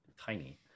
tiny